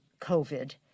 COVID